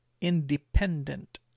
independent